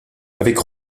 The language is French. avec